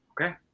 Okay